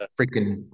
freaking